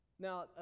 Now